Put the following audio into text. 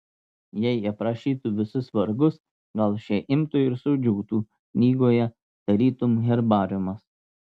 jei aprašytų visus vargus gal šie imtų ir sudžiūtų knygoje tarytum herbariumas